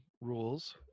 rules